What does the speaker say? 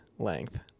length